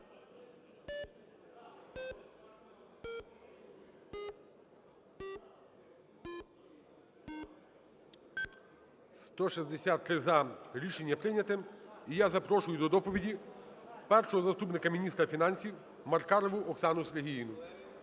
За-163 Рішення прийняте. І я запрошую до доповіді першого заступника міністра фінансів Маркарову Оксану Сергіївну.